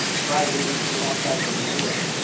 try reading through updike or mailer.